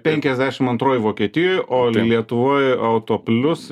penkiasdešim antroj vokietijoj o lietuvoj autoplius